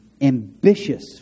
ambitious